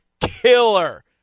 killer